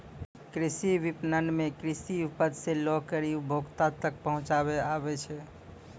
कृषि विपणन मे कृषि उपज से लै करी उपभोक्ता तक पहुचाबै आबै छै